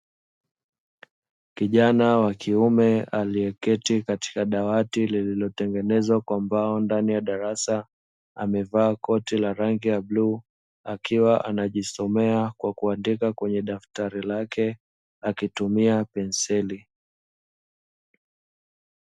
Kijana wa kiume aliyeketi katika dawati, lililotengenezwa kwa mbao ndani ya darasa, amevaa koti la rangi ya bluu, akiwa anajisomea kwa kuandika kwenye daftari lake akitumia penseli.